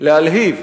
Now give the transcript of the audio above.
להלהיב,